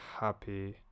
Happy